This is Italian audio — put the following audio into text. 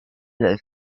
del